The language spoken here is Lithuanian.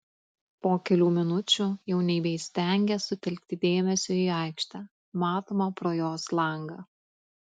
po kelių minučių jau nebeįstengė sutelkti dėmesio į aikštę matomą pro jos langą